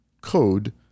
Code